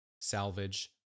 salvage